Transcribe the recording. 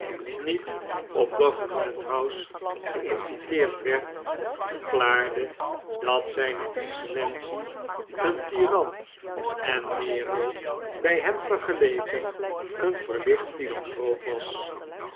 niet op government house gei'nviteerd werd verklaarde dat zijne excellence een tyran en nero bij hem vergeleken een verlicht philanthroop was